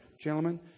gentlemen